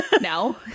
No